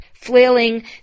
flailing